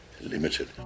limited